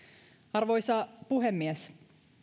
arvoisa puhemies